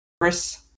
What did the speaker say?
Chris